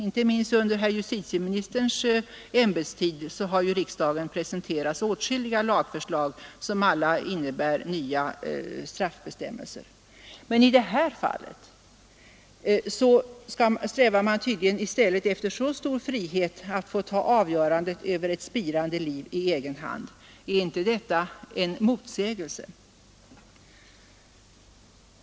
Inte minst under herr justitieministerns ämbetstid har riksdagen presenterats åtskilliga lagförslag, som alla innebär nya straffbestämmelser. Men i det här fallet strävar man tydligen i stället efter full frihet för människorna att ta avgörandet över ett spirande liv i egen hand. Är inte detta en motsägelse?